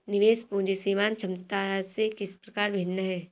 निवेश पूंजी सीमांत क्षमता से किस प्रकार भिन्न है?